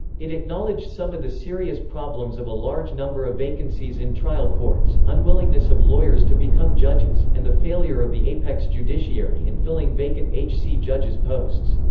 it acknowledged some of the serious problems of a large number of vacancies in trial courts, unwillingness of lawyers to become judges, and the failure of the apex judiciary in filling vacant hc judges posts.